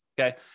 okay